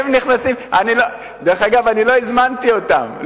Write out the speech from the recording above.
הם נכנסים, דרך אגב, אני לא הזמנתי אותם.